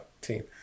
team